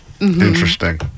Interesting